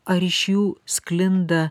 ar iš jų sklinda